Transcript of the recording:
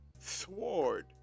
Sword